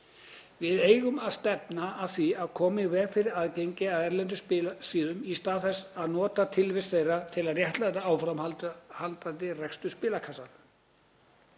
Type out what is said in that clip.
Við eigum að stefna að því að koma í veg fyrir aðgengi að erlendum spilasíðum í stað þess að nota tilvist þeirra til að réttlæta áframhaldandi rekstur spilakassa.